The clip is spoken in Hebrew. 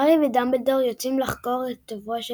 הארי ודמבלדור יוצאים לחקור את עברו של